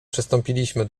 przystąpiliśmy